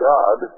God